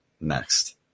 next